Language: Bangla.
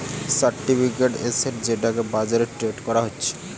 সিকিউরিটি এসেট যেটাকে বাজারে ট্রেড করা যাচ্ছে